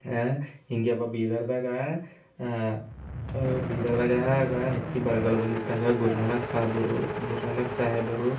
ಹೀಗೆ ಒಬ್ಬ ಬೀದರ್ದಾಗೆ ಬೀದರ್ದಾಗೆ ಆಗ ಹೆಚ್ಚಿಗೆ ಬರಗಾಲ ಬಂದಿತ್ತು ಆಗ ಗುರುನಾನಕ್ ಸಾಬರು ಗುರುನಾನಕ್ ಸಾಹೇಬ್ರು